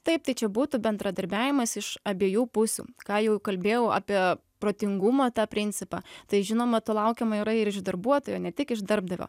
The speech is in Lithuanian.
taip tai čia būtų bendradarbiavimas iš abiejų pusių ką jau kalbėjau apie protingumo tą principą tai žinoma to laukiama yra ir iš darbuotojo ne tik iš darbdavio